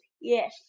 Yes